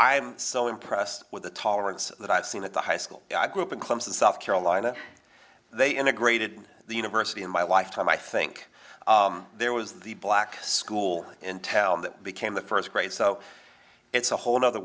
'm so impressed with the tolerance that i've seen at the high school i grew up in close to south carolina they integrated the university in my lifetime i think there was the black school in town that became the first grade so it's a whole other